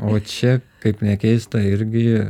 o čia kaip nekeista irgi